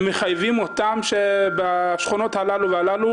דבר שיחייב לטפח שכונות טעונות